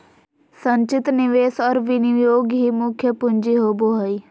संचित निवेश और विनियोग ही मुख्य पूँजी होबो हइ